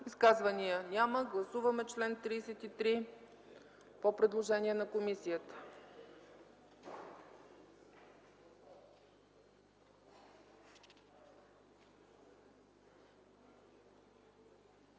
Изказвания? Няма. Гласуваме чл. 33 по предложението на комисията.